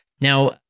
Now